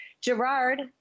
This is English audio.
Gerard